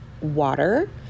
water